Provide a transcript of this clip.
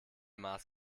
maß